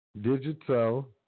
digital